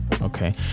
Okay